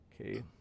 okay